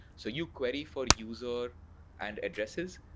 so you query for user and addresses.